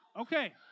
Okay